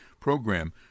Program